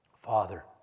Father